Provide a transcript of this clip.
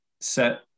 set